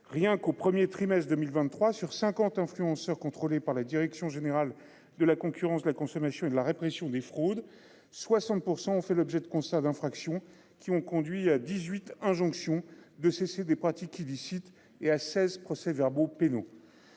Rien qu'au 1er trimestre 2023 sur 50 influenceurs contrôlée par la direction générale de la concurrence de la consommation et de la répression des fraudes, 60% ont fait l'objet de constats d'infraction qui ont conduit à 18 injonction de cesser des pratiques illicites et à 16 procès-verbaux pénaux.